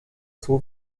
zoo